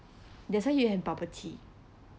that's why you have bubble tea